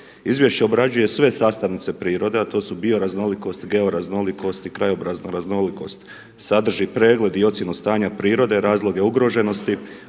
Izvješće obrađuje sve sastavnice prirode a to su bioraznolikost, georaznolikost i krajobrazna raznolikost sadrži pregled i ocjenu stanja prirode, razloge ugroženosti,